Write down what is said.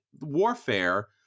warfare